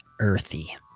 earthy